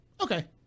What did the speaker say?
okay